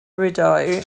rideau